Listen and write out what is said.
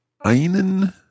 einen